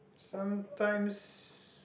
sometimes